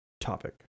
topic